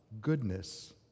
goodness